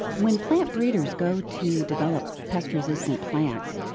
when plant breeders go to develop pest-resistant plants,